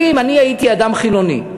אם אני הייתי אדם חילוני,